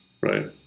right